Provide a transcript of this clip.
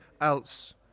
else